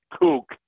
kook